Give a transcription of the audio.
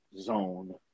Zone